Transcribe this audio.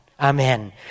Amen